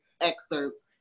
excerpts